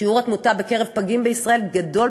שיעור התמותה בקרב פגים בישראל גדול